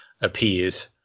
appears